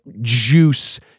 juice